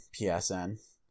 PSN